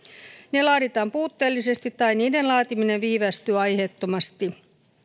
ne laaditaan puutteellisesti tai niiden laatiminen viivästyy aiheettomasti